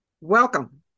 Welcome